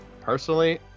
personally